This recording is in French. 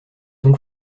donc